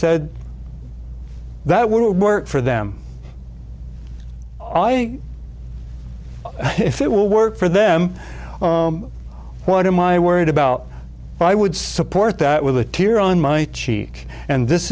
said that will work for them if it will work for them what am i worried about i would support that with a tear on my cheek and this